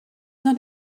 not